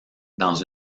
dans